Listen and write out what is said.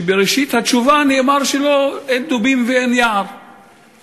כשבראשית התשובה נאמר שלא דובים ולא יער,